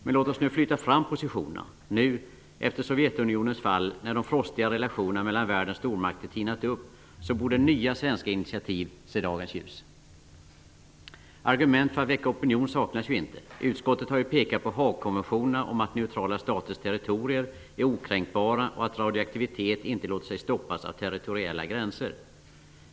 Men låt oss nu flytta fram positionerna. Nu -- efter Sovjetunionens fall -- när de frostiga relationerna mellan världens stormakter tinat upp, borde nya svenska initiativ se dagens ljus. Argument för att väcka opinion saknas inte. Utskottet har pekat på Haagkonventionerna om att neutrala staters territorier är okränkbara och att radioaktivitet inte låter sig stoppas av territoriella gränser.